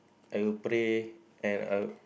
I would pray and I would